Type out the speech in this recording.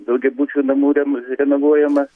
daugiabučių namų rem renovuojama